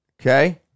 Okay